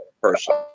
person